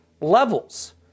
levels